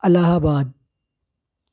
الہ آباد